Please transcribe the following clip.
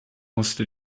musste